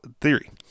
theory